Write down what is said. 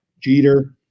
Jeter